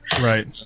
Right